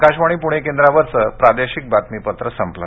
आकाशवाणी पुणे केंद्रावरचं प्रादेशिक बातमीपत्र संपलं